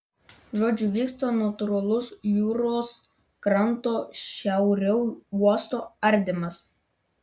žodžiu vyksta natūralus jūros kranto šiauriau uosto ardymas